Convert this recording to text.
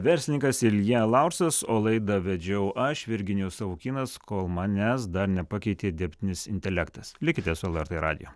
verslininkas ilja laursas o laidą vedžiau aš virginijus savukynas kol manęs dar nepakeitė dirbtinis intelektas likite su lrt radiju